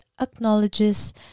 acknowledges